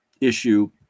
issue